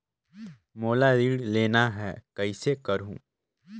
मोला ऋण लेना ह, कइसे करहुँ?